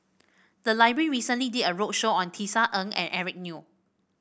the library recently did a roadshow on Tisa Ng and Eric Neo